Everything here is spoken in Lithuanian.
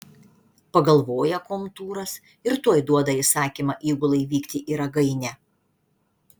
pagalvoja komtūras ir tuoj duoda įsakymą įgulai vykti į ragainę